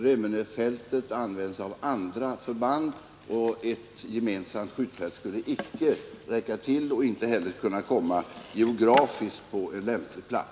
Remmenefältet används av andra förband, och ett gemensamt skjutfält skulle inte räcka till och heller inte kunna komma på en geografiskt lämplig plats.